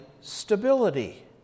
stability